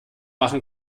machen